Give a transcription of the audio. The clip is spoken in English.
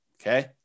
okay